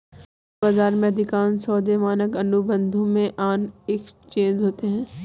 वायदा बाजार में, अधिकांश सौदे मानक अनुबंधों में ऑन एक्सचेंज होते हैं